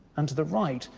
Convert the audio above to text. and to the right,